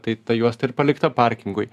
tai ta juosta ir palikta parkingui